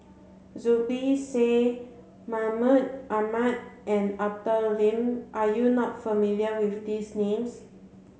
Zubir Said Mahmud Ahmad and Arthur Lim are you not familiar with these names